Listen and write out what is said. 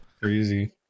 crazy